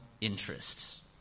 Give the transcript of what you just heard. interests